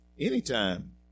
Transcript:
anytime